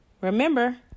Remember